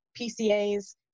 PCAs